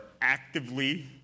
actively